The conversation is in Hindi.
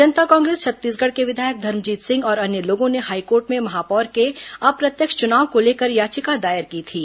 जनता कांग्रेस छत्तीसगढ़ के विधायक धर्मजीत सिंह और अन्य लोगों ने हाईकोर्ट में महापौर के अप्रत्यक्ष चुनाव को लेकर याचिका दायर की थी